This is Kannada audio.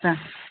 ಚ